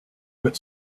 but